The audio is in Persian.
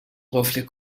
قفل